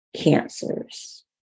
cancers